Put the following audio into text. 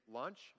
lunch